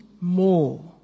more